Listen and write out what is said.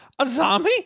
Azami